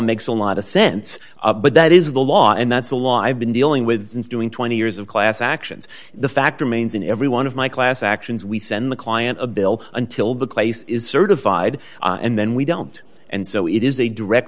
makes a lot of sense but that is the law and that's the law i've been dealing with since doing twenty years of class actions the fact remains in every one of my class actions we send the client a bill until the case is certified and then we don't and so it is a direct